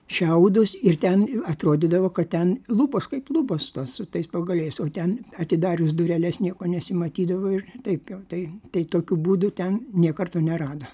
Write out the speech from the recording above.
šiaudus ir ten atrodydavo kad ten lubos kaip lubos su tais pagaliais o ten atidarius dureles nieko nesimatydavo ir taip jau tai tai tokiu būdu ten nė karto nerado